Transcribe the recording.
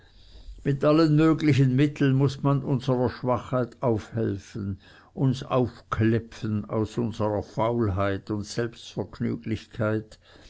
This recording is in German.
mit allen möglichen mitteln muß man unserer schwachheit aufhelfen uns aufklepfen aus unserer faulheit und